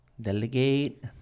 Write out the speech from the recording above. Delegate